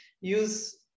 use